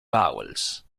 vowels